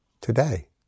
today